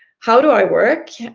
how do i work?